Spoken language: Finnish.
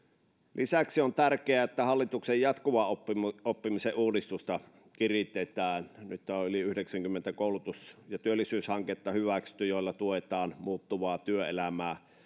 lisäksi on tärkeää että hallituksen jatkuvan oppimisen oppimisen uudistusta kiritetään nyt on hyväksytty yli yhdeksänkymmentä koulutus ja työllisyyshanketta joilla tuetaan muuttuvaa työelämää